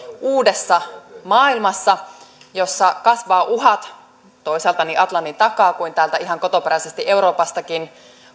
uudessa maailmassa jossa kasvavat uhat toisaalta niin atlantin takaa kuin kotoperäisesti täältä ihan euroopastakin